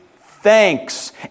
thanks